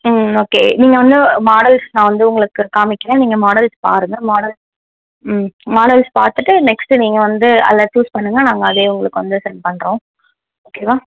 ம் ஓகே நீங்கள் வந்து மாடல்ஸ் நான் வந்து உங்களுக்கு காமிக்கிறேன் நீங்கள் மாடல்ஸ் பாருங்கள் மாடல்ஸ் ம் மாடல்ஸ் பார்த்துட்டு நெக்ஸ்ட்டு நீங்கள் வந்து அதில் சூஸ் பண்ணுங்க நாங்கள் அதே உங்களுக்கு வந்து சென்ட் பண்ணுறோம் ஓகேவா